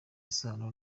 isano